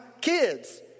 kids